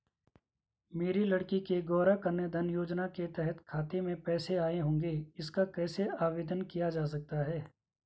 मेरी लड़की के गौंरा कन्याधन योजना के तहत खाते में पैसे आए होंगे इसका कैसे आवेदन किया जा सकता है?